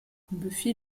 buffy